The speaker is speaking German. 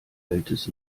altes